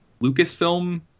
Lucasfilm